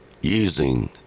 using